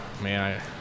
Man